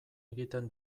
egiten